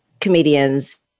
comedians